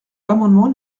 l’amendement